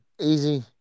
easy